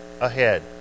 ahead